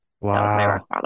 Wow